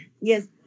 Yes